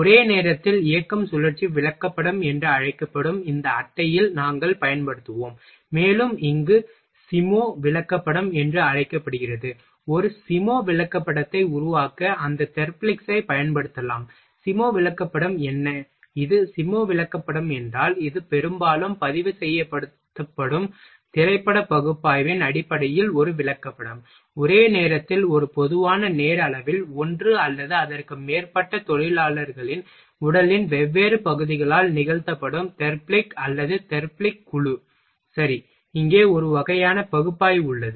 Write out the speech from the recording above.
ஒரே நேரத்தில் இயக்கம் சுழற்சி விளக்கப்படம் என்று அழைக்கப்படும் இந்த அட்டையில் நாங்கள் பயன்படுத்துவோம் மேலும் இங்கு சிமோ விளக்கப்படம் என்று அழைக்கப்படுகிறது ஒரு சிமோ விளக்கப்படத்தை உருவாக்க அந்த தெர்பிலிக்ஸைப் பயன்படுத்துவோம் சிமோ விளக்கப்படம் என்ன இது சிமோ விளக்கப்படம் என்றால் இது பெரும்பாலும் பதிவு செய்யப் பயன்படுத்தப்படும் திரைப்பட பகுப்பாய்வின் அடிப்படையில் ஒரு விளக்கப்படம் ஒரே நேரத்தில் ஒரு பொதுவான நேர அளவில் ஒன்று அல்லது அதற்கு மேற்பட்ட தொழிலாளர்களின் உடலின் வெவ்வேறு பகுதிகளால் நிகழ்த்தப்படும் தெர்ப்லிக் அல்லது தெர்பிலிக் குழு சரி இங்கே ஒரு வகையான பகுப்பாய்வு உள்ளது